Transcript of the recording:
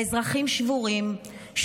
האזרחים שבורים,